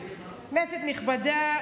כנסת נכבדה,